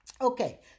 Okay